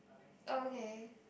okay